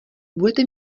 budete